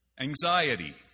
Anxiety